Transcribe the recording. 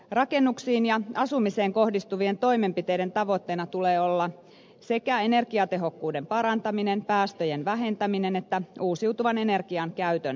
rakennuksiin ja asumiseen kohdistuvien toimenpiteiden tavoitteena tulee olla sekä energiatehokkuuden parantaminen päästöjen vähentäminen että uusiutuvan energian käytön lisääminen